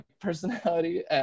personality